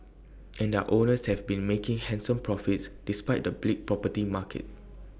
and their owners have been making handsome profits despite the bleak property market